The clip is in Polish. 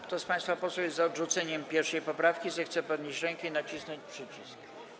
Kto z państwa posłów jest za odrzuceniem 1. poprawki, zechce podnieść rękę i nacisnąć przycisk.